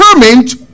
determined